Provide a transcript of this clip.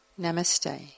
Namaste